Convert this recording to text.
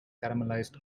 caramelized